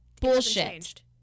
bullshit